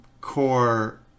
core